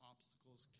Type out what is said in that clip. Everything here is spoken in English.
Obstacles